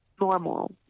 normal